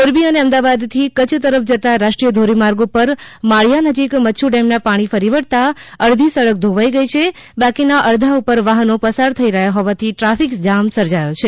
મોરબી અને અમદાવાદ થી કચ્છ તરફ જતાં રાષ્ટ્રીય ધોરીમાર્ગ ઉપર માળીયા નજીક મચ્છુ ડેમ ના પાણી ફરી વળતાં અર્ધી સડક ધોવાઈ ગઈ છે બાકી ના અર્ધા ઉપર વાહનો પસાર થઈ રહ્યા હોવાથી ટ્રાફિક જામ સર્જાયો છે